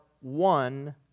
one